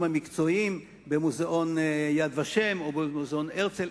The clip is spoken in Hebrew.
המקצועיים במוזיאון "יד ושם" ובמוזיאון הרצל.